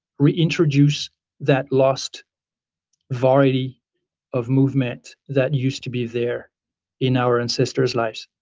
reintroduce that lost variety of movement that used to be there in our ancestor's lives